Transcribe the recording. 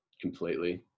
completely